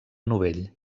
novell